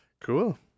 Cool